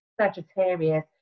Sagittarius